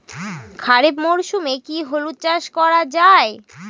খরিফ মরশুমে কি হলুদ চাস করা য়ায়?